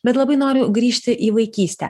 bet labai noriu grįžti į vaikystę